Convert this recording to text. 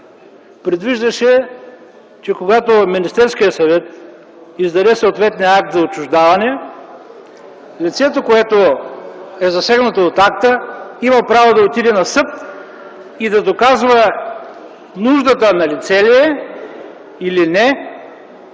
предвиждаше, че когато Министерският съвет издаде съответния акт за отчуждаване, лицето, което е засегнато от акта, има право да отиде на съд и да доказва налице ли е нуждата